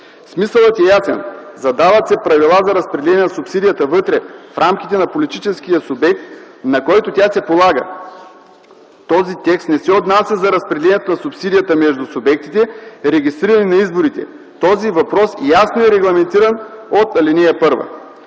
Смисълът е ясен: задават се правила за разпределяне субсидията вътре, в рамките на политическия субект, на който тя се полага. Този текст не се отнася за разпределението на субсидията между субектите, регистрирани на изборите. Този въпрос е ясно регламентиран в ал. 1.